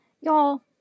Y'all